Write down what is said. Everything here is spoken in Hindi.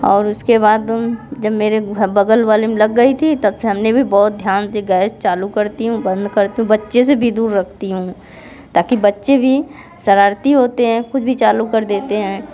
और उसके बाद जब मेरे बगल वाले में लग गई थी तब से हमने भी बहुत ध्यान से गैस चालू करती हूँ बंद करती हूँ बच्चे से भी दूर रखती हूँ ताकि बच्चे भी शरारती होते हैं कुछ भी चालू कर देते हैं